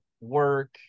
work